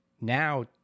Now